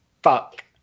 Fuck